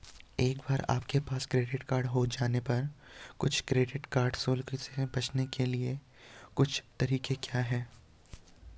एक बार आपके पास क्रेडिट कार्ड हो जाने पर कुछ क्रेडिट कार्ड शुल्क से बचने के कुछ तरीके क्या हैं?